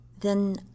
Then